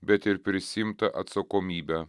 bet ir prisiimtą atsakomybę